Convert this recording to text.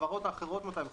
לחברות האחרות מתי לפרוס.